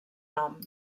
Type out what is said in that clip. nom